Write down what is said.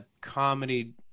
comedy